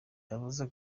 yavuze